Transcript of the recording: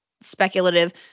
speculative